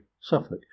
suffolk